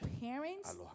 parents